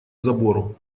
забору